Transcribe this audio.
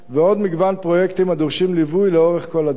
ועוד מגוון פרויקטים הדורשים ליווי לאורך כל הדרך.